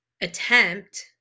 attempt